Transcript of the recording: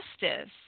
justice